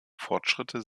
fortschritte